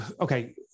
okay